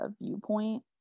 viewpoint